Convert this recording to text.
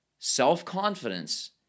Self-confidence